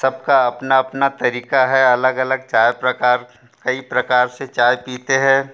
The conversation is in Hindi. सबका अपना अपना तरीका है अलग अलग चाय प्रकार कई प्रकार से चाय पीते हैं